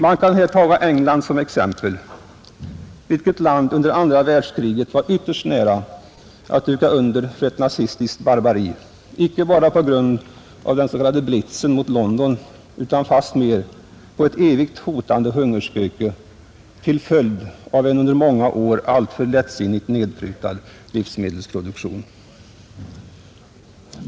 Man kan här som exempel ta England som under andra världskriget var ytterst nära att duka under för ett nazistiskt barbari, icke bara på grund av den s.k. Blitzen mot bl.a. London utan också på grund av ett evigt hotande hungerspöke till följd av en under många år alltför lättsinnigt nedprutad livsmedelsproduktion.